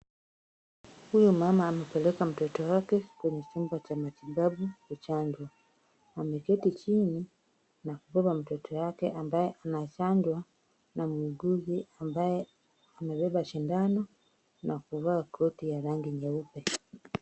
Huyu mama amepeleka mtoto wake kwenye chumba cha matibabu kuchanjwa. Ameketi chini na kubeba mtoto wake ambaye anachanjwa na muuguzi ambaye amebeba sindano na kuvaa koti ya rangi nyeupe.